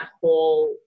whole